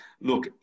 look